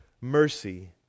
mercy